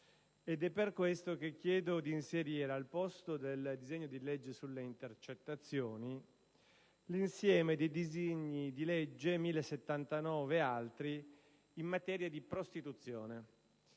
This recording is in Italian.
È per questo che chiedo di inserire al posto del disegno di legge sulle intercettazioni l'insieme dei disegni di legge n. 1079 e altri in materia di prostituzione;